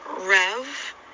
rev